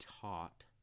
taught